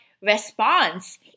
response